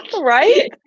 right